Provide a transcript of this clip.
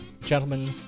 Gentlemen